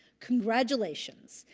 congratulations.